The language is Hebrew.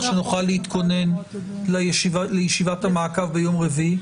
שנוכל להתכונן לישיבת המעקב ביום רביעי.